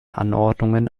anordnungen